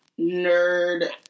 nerd